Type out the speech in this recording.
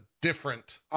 different-